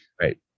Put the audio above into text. Right